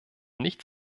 nicht